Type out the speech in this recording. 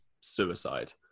suicide